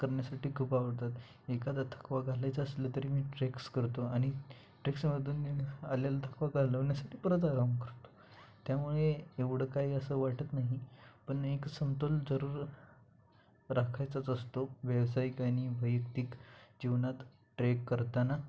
करण्यासाठी खूप आवडतात एखादा थकवा घालायचं असलं तरी मी ट्रेक्स करतो आणि ट्रेक्समधून आलेला थकवा घालवण्यासाठी परत आराम करतो त्यामुळे एवढं काही असं वाटत नाही पण एक समतोल जरूर राखायचाच असतो व्यावसायिक आणि वैयक्तिक जीवनात ट्रेक करताना